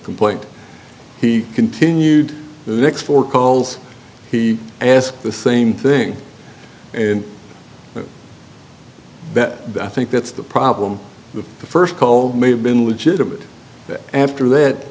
complaint he continued the next four calls he asked the same thing in that i think that's the problem with the st call may have been legitimate that after that